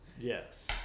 Yes